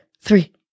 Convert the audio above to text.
three